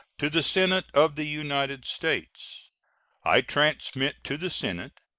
to the senate of the united states i transmit to the senate,